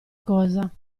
cosa